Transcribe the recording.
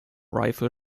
rifle